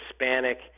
Hispanic